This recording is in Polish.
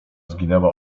zginęła